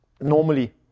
normally